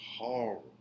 horrible